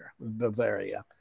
Bavaria